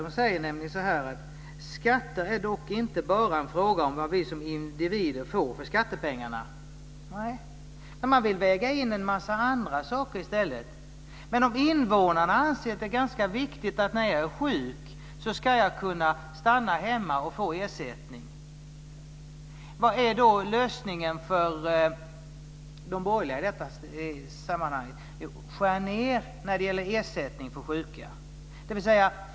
De säger nämligen så här: "Skatter är dock inte bara en fråga om vad vi som individer får för skattepengarna." Man vill väga in en massa andra saker i stället. Men om nu invånarna anser att det är ganska viktigt att kunna stanna hemma och få ersättning när man är sjuk, vad är då de borgerligas lösning? Jo, att skära ned när det gäller ersättning för sjuka.